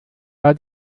bei